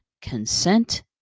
consent